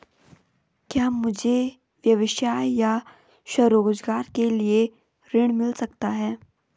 क्या मुझे व्यवसाय या स्वरोज़गार के लिए ऋण मिल सकता है?